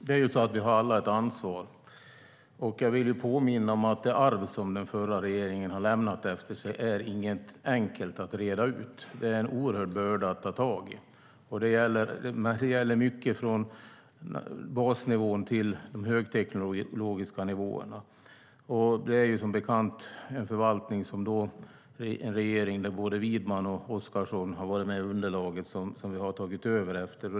Herr talman! Vi har alla ett ansvar. Jag vill påminna om att det arv som den förra regeringen lämnat efter sig inte är enkelt att hantera. Det är en oerhörd börda att ta tag i. Det gäller mycket, från basnivån till de högteknologiska nivåerna. Vi har som bekant tagit över efter en förvaltning och en regering som hade både Widman och Oscarsson med i underlaget.